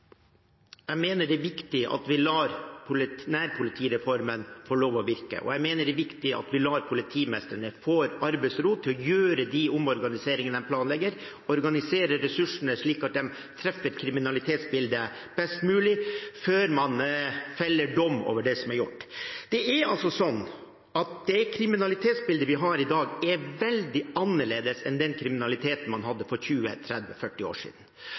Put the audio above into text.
Jeg mener det er viktig at vi lar nærpolitireformen få lov til å virke, og at vi lar politimestrene få arbeidsro til å foreta de organiseringene de planlegger, organisere ressursene slik at de treffer kriminalitetsbildet best mulig, før man feller dom over det som er gjort. Det kriminalitetsbildet vi har i dag, er veldig annerledes enn det man hadde for 20, 30, 40 år siden.